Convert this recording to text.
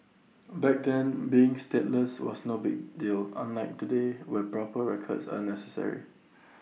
back then being stateless was no big deal unlike today where proper records are necessary